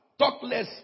talkless